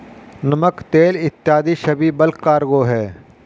नमक, तेल इत्यादी सब बल्क कार्गो हैं